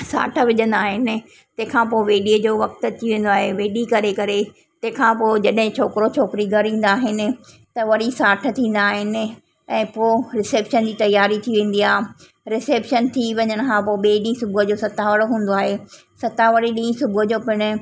साठ विझंदा आहिनि तंहिं खां पोइ वेॾीअ जो वक्तु अची वेंदो आहे वेॾी करे करे तंहिंखां पोइ जॾहिं छोकिरो छोकिरी घरु ईंदा आहिनि त वरी साठ ईंदा आहिनि ऐं पोइ रिसेप्शन जी तयारी थी वेंदी आहे रिसेप्शन थी वञण खां पोइ ॿिए ॾींहुं सुबूह जो सतावड़ो हूंदो आहे सतावड़े ॾींहुं सुबूह जो पिणु